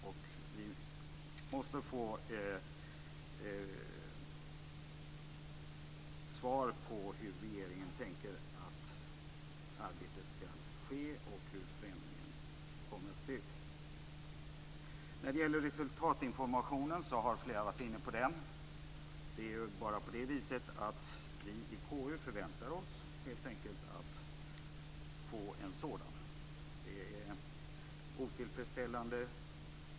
Vi måste få svar på hur regeringen tänker sig att arbetet ska bedrivas och på hur förändringen kommer att se ut. Flera har varit inne på resultatinformationen. Det är helt enkelt så att vi i KU förväntar oss att få en sådan. Det svar som regeringen har gett är otillfredsställande.